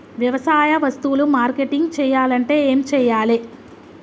వ్యవసాయ వస్తువులు మార్కెటింగ్ చెయ్యాలంటే ఏం చెయ్యాలే?